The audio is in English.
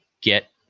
get